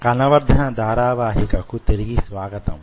కణవర్ధన ధారావాహికకు తిరిగి స్వాగతం